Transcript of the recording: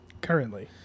currently